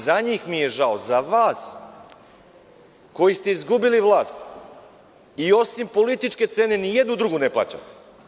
Za njih mi je žao, za vas koji ste izgubili vlast i osim političke cene nijednu drugu ne plaćate.